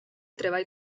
treball